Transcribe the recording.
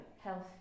health